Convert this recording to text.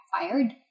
fired